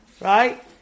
Right